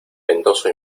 ventoso